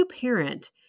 parent